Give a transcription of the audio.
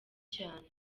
cyane